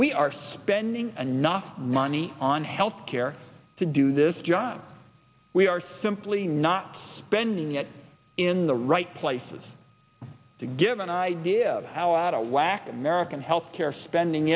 we are spending and not money on health care to do this job we are simply not spending it in the right places to give an idea of how out of whack american health care spending